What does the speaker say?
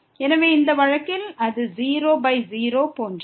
எனவே இந்த வழக்கில் அது 0 பை 0 போன்றது